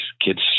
kids